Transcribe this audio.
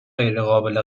غیرقابل